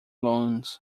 loans